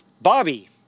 Bobby